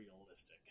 realistic